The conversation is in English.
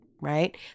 right